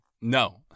No